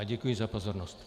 Děkuji za pozornost.